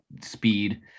speed